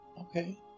okay